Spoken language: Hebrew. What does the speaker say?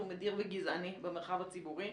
וגזעני במרחב הציבורי.